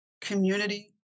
Community